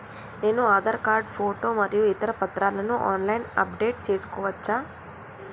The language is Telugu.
నేను ఆధార్ కార్డు ఫోటో మరియు ఇతర పత్రాలను ఆన్ లైన్ అప్ డెట్ చేసుకోవచ్చా?